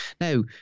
Now